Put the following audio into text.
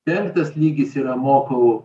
penktas lygis yra mokau